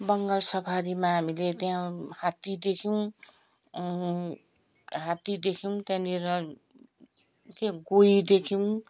बङ्गाल सफारीमा हामीले त्यहाँ हात्ती देख्यौँ हात्ती देख्यौँ त्यहाँनिर के गोही देख्यौँ